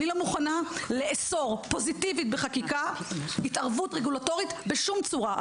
אני לא מוכנה לאסור פוזיטיבית בחקיקה התערבות רגולטורית בשום צורה.